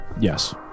Yes